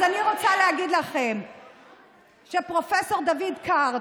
אז אני רוצה להגיד לכם שפרופ' דייוויד קארד,